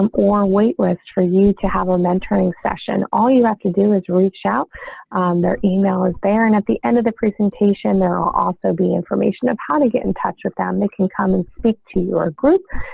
and or waitlist for you to have a mentoring session. all you have to do is reach out their email is there. and at the end of the presentation. there will also be information of how to get in touch with them. they can come and speak to your group.